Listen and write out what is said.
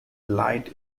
light